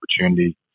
opportunity